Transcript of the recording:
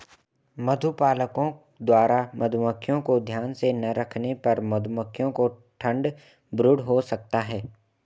मधुपालकों द्वारा मधुमक्खियों को ध्यान से ना रखने पर मधुमक्खियों को ठंड ब्रूड हो सकता है